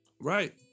right